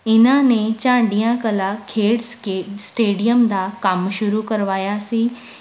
ਇਨ੍ਹਾਂ ਨੇ ਝਾਂਡੀਆਂ ਕਲਾਂ ਖੇਡ ਸਕੇ ਸਟੇਡੀਅਮ ਦਾ ਕੰਮ ਸ਼ੁਰੂ ਕਰਵਾਇਆ ਸੀ